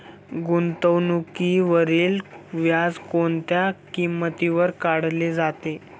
गुंतवणुकीवरील व्याज कोणत्या किमतीवर काढले जाते?